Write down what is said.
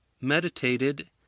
meditated